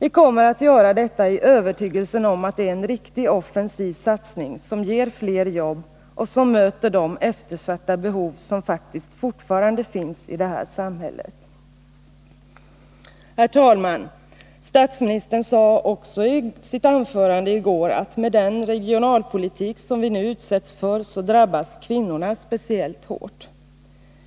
Vi kommer att göra detta i övertygelsen om att det är en riktig offensiv satsning som ger fler jobb och som möter de eftersatta behov som faktiskt fortfarande finns i det här samhället. Herr talman! Statsministern sade också i sitt anförande i går att med den regionalpolitik som vi nu utsätts för drabbas kvinnorna speciellt hårt.